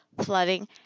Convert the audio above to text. flooding